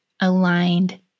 aligned